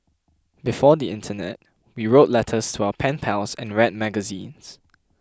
before the internet you wrote letters to our pen pals and read magazines